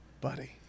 Buddy